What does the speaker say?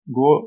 go